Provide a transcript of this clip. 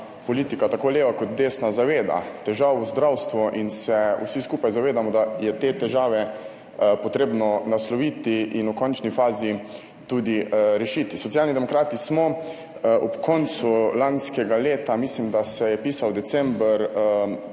politika, tako leva kot desna, zaveda težav v zdravstvu in se vsi skupaj zavedamo, da je te težave potrebno nasloviti in v končni fazi tudi rešiti. Socialni demokrati smo ob koncu lanskega leta, mislim, da se je pisal december,